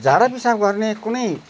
झाडापिसाब गर्ने कुनै